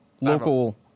local